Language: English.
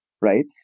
Right